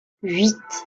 huit